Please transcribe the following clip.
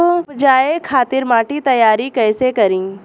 उपजाये खातिर माटी तैयारी कइसे करी?